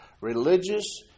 religious